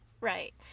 right